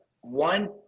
one